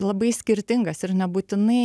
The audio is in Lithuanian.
labai skirtingas ir nebūtinai